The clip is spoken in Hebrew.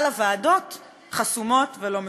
אבל הוועדות חסומות ולא משודרות.